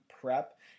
prep